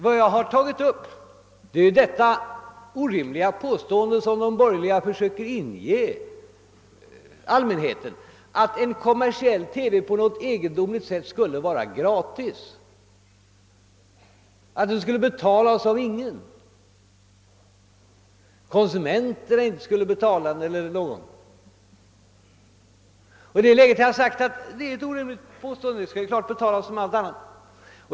Vad jag har tagit upp är det orimliga påstående, som de borgerliga försöker inge allmänheten tron på, att en kommersiell TV på något egendomligt sätt skulle vara gratis och att den skulle betalas av ingen, d.v.s. att konsumenterna inte skulle betala den. I detta läge har jag sagt att det är ett orimligt påstående och att reklamen skall betalas som allt annat.